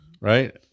right